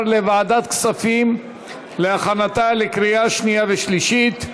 לוועדת כספים להכנתה לקריאה שנייה ושלישית.